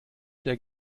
der